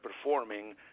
performing